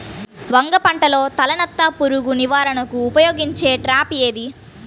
వంగ పంటలో తలనత్త పురుగు నివారణకు ఉపయోగించే ట్రాప్ ఏది?